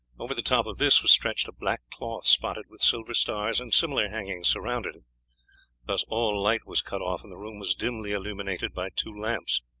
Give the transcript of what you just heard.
over the top of this was stretched a black cloth spotted with silver stars, and similar hangings surrounded it thus all light was cut off, and the room was dimly illuminated by two lamps.